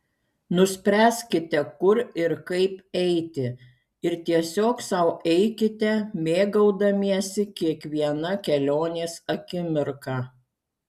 nuspręskite kur ir kaip eiti ir tiesiog sau eikite mėgaudamiesi kiekviena kelionės akimirka